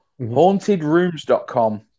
hauntedrooms.com